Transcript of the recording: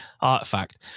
Artifact